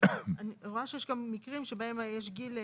אני רואה שיש גם מקרים בהם יש גיל חורג,